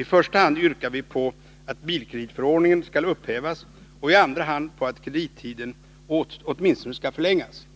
I första hand yrkar vi att bilkreditförordningen skall upphävas och i andra hand att kredittiden åtminstone skall förlängas